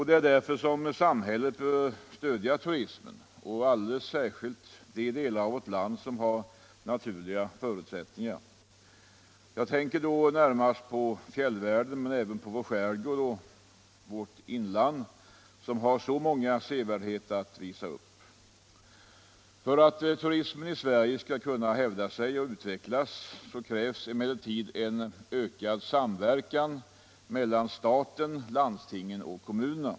Det är därför som samhället bör stödja turismen och alldeles särskilt de delar av vårt land som har naturliga förutsättningar. Jag tänker då närmast på fjällvärlden men även på vår skärgård och vårt inland som har så många sevärdheter att visa upp. För att turismen i Sverige skall kunna hävda sig och utvecklas krävs emellertid en ökad samverkan mellan staten, landstingen och kommunerna.